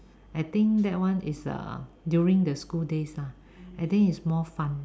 I think that one is uh during the school days lah I think it's more fun